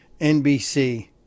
NBC